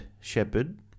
shepherd